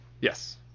Yes